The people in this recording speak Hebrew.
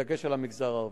בדגש על המגזר הערבי.